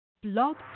Blog